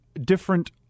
different